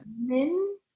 Men